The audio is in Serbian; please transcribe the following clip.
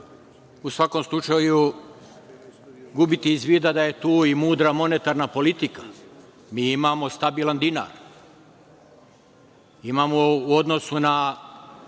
u svakom slučaju gubiti iz vida, da je tu i mudra monetarna politika. Mi imamo stabilan dinar. Imamo u odnosu na